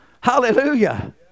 Hallelujah